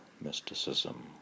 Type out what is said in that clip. mysticism